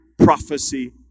Prophecy